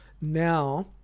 now